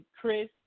Chris